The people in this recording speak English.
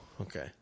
Okay